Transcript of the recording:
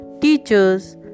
teachers